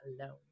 alone